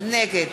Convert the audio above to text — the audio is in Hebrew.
נגד